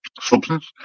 substance